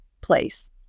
place